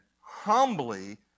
humbly